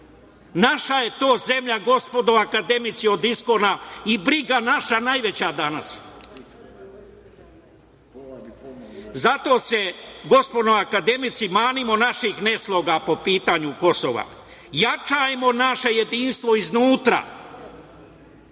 Naša je to zemlja, gospodo akademici, od iskona i briga naša najveća danas. Zato se, gospodo akademici, manimo naših nesloga po pitanju Kosova. Jačajmo naše jedinstvo iznutra.